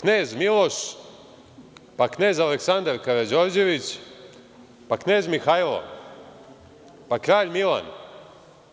Knez Miloš, pa knez Aleksandar Karađorđević, pa knez Mihailo, pa kralj Milan,